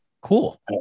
Cool